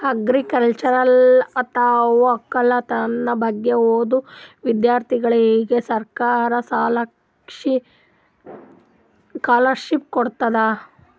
agriculture ಅಥವಾ ವಕ್ಕಲತನ್ ಬಗ್ಗೆ ಓದಾ ವಿಧ್ಯರ್ಥಿಗೋಳಿಗ್ ಸರ್ಕಾರ್ ಸ್ಕಾಲರ್ಷಿಪ್ ಕೊಡ್ತದ್